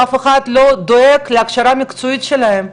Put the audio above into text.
אף אחד לא דואג להכשרה המקצועית שלהם,